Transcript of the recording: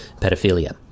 pedophilia